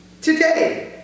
Today